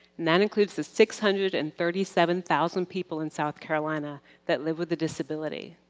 that includes the six hundred and thirty seven thousand people in south carolina that live with a disability.